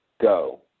go